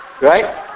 Right